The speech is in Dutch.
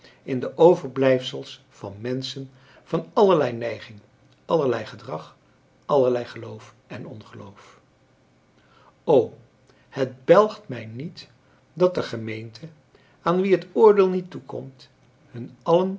in de overblijfsels van menschen van allerlei neiging allerlei gedrag allerlei geloof en ongeloof o het belgt mij niet dat de gemeente aan wie het oordeel niet toekomt hun allen